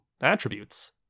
attributes